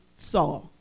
saw